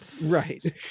right